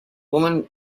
woman